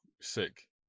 sick